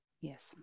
Yes